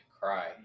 Cry